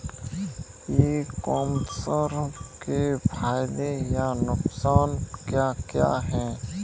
ई commerce के फायदे या नुकसान क्या क्या हैं?